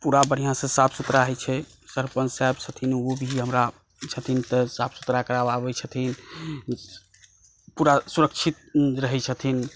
पूरा बढ़िऑंसँ साफ सुथड़ा होइ छै सरपन्च साहेब छथिन ओ भी हमरा छथिन तऽ साफ सुथड़ा करवावै छथिन पुरा सुरक्षित रहै छथिन